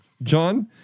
John